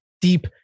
deep